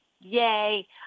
yay